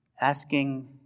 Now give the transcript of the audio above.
asking